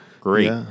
Great